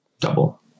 double